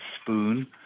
spoon